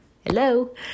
Hello